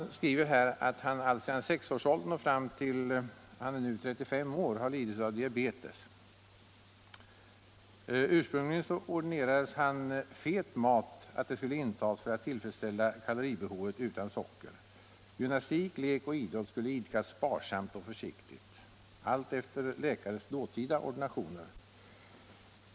Brevskrivaren berättar att han sedan sex års ålder — han är nu 35 år — har lidit av diabetes. Ursprungligen ordinerades han fet mat för att kaloribehovet skulle tillfredsställas utan tillförsel av socker. Gymnastik, lek och idrott skulle idkas sparsamt och försiktigt, alltefter läkares dåtida ordinationer.